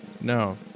No